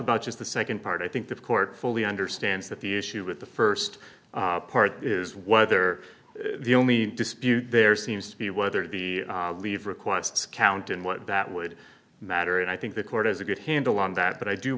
about just the nd part i think the court fully understands that the issue with the st part is whether the only dispute there seems to be whether the leave requests count and what that would matter and i think the court has a good handle on that but i do